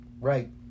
Right